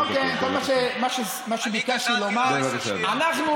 אוקיי, כל מה שביקשתי לומר, בבקשה, אדוני.